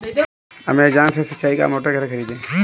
Amazon से सिंचाई का मोटर कैसे खरीदें?